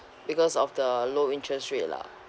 because of the low interest rate lah